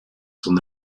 son